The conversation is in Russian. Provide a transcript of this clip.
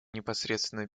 непосредственно